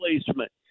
placement